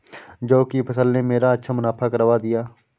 जौ की फसल ने मेरा अच्छा मुनाफा करवा दिया